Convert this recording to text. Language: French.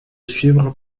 suivre